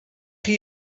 chi